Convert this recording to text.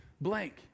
blank